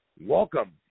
Welcome